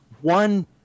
one